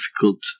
difficult